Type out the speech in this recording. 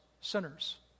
sinners